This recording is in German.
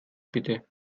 bitte